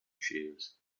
shoes